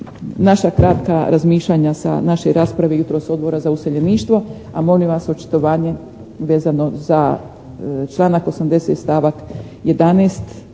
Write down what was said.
naša kratka razmišljanja sa naše rasprave jutros Odbora za useljeništvo, a molim vas očitovanje vezano za članak 80. stavak 11.